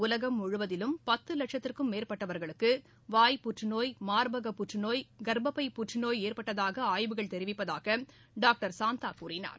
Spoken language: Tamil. உலகம் முழுவதிலும் பத்து லட்சத்திற்கும் மேற்பட்டவர்களுக்கு வாய் புற்றுநோய் மார்பக புற்றுநோய் க்ப்ப்பை புற்றுநோய் ஏற்பட்டதாக ஆய்வுகள் தெரிவிப்பதாக டாக்டர் சந்தா தெரிவித்தார்